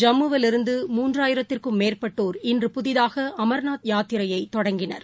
ஜம்முவில் இருந்து மூன்றாயிரத்திற்கும் மேற்பட்டோர் இன்று புதிதாக அமர்நாத் யாத்திரையை தொடங்கினர்